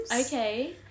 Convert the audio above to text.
Okay